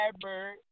Bird